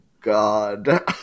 God